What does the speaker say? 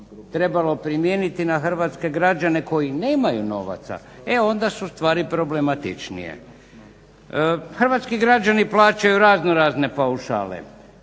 trebalo primijeniti na hrvatske građane koji nemaju novaca, e onda su stvari problematičnije. Hrvatski građani plaćaju raznorazne paušale